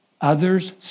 Others